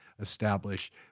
establish